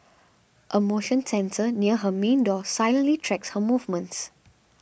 a motion sensor near her main door silently tracks her movements